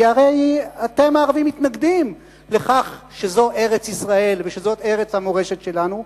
כי הרי אתם הערבים מתנגדים לכך שזו ארץ-ישראל וזאת ארץ המורשת שלנו,